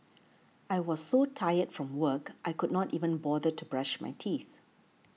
I was so tired from work I could not even bother to brush my teeth